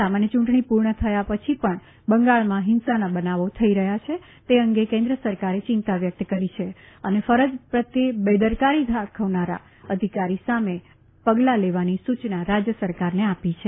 સામાન્ય ચૂંટણી પૂર્ણ થયા પછી પણ બંગાળમાં ફિંસાના બનાવો થઈ રહ્યા છે તે અંગે કેન્દ્ર સરકારે ચિંતા વ્યક્ત કરી છે અને ફરજ પ્રત્યે બેદરકારી દાખવનારા અધિકારી સામે પગલાં લેવાની સૂચના રાજ્ય સરકારને આપી છે